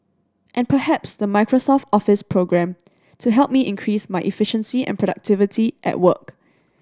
and perhaps the Microsoft Office programme to help me increase my efficiency and productivity at work